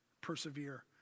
persevere